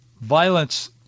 Violence